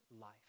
life